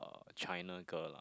uh China girl lah